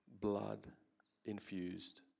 blood-infused